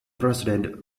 president